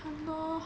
!hannor!